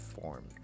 form